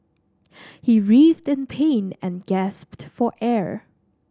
he writhed in pain and gasped for air